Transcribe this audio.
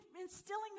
instilling